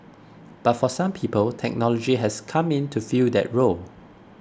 but for some people technology has come in to fill that role